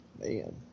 Man